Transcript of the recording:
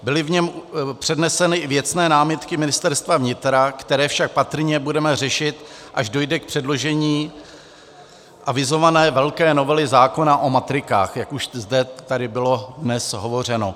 Byly v něm předneseny i věcné námitky Ministerstva vnitra, které však patrně budeme řešit, až dojde k předložení avizované velké novely zákona o matrikách, jak už zde bylo dnes hovořeno.